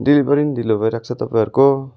delivery पनि ढिलो भइरहेको छ तपाईँहरूको